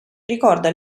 ricorda